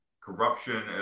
corruption